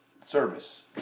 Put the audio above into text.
service